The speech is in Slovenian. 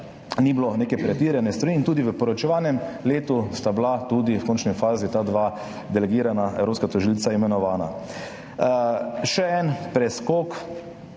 ni bilo neke pretirane stvari. In tudi v poročevalnem letu sta bila v končni fazi ta dva delegirana evropska tožilca imenovana. Še en preskok